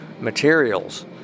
materials